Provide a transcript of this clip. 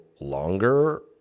longer